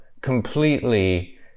completely